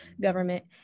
government